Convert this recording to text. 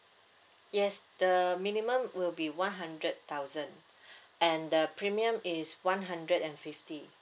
yes the minimum will be one hundred thousand and the premium is one hundred and fifty